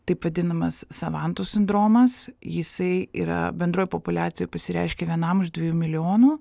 taip vadinamas savanto sindromas jisai yra bendroj populiacijoj pasireiškia vienam iš dviejų milijonų